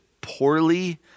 poorly